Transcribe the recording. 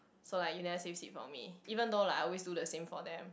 so like you never save seat for me even though I always do the same for them